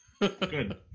Good